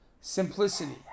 simplicity